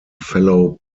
fellow